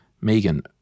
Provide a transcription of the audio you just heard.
Megan